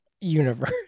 universe